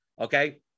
okay